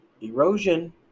Erosion